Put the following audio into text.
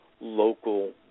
local